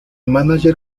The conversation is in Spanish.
mánager